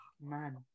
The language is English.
Man